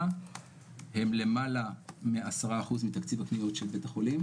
הן למעלה מ-10% מתקציב הקניות של בית החולים.